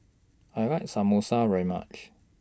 I like Samosa very much